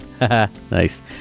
Nice